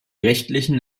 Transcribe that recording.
rechtlichen